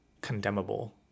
condemnable